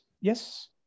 Yes